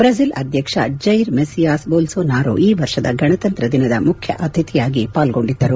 Brazil ಅಧ್ಯಕ್ಷ Jair Messias Bolsonaro ಈ ವರ್ಷದ ಗಣತಂತ್ರ ದಿನದ ಮುಖ್ಯ ಅತಿಥಿಯಾಗಿ ಪಾಲ್ಗೊಂಡಿದ್ದರು